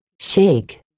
Shake